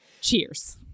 Cheers